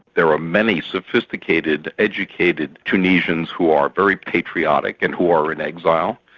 there are many sophisticated, educated tunisians who are very patriotic and who are in exile.